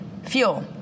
Fuel